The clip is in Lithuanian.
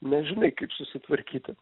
nežinai kaip susitvarkyti